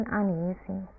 uneasy